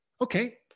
Okay